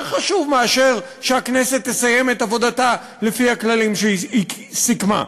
זה יותר חשוב מאשר שהכנסת תסיים את עבודתה לפי הכללים שהיא סיכמה,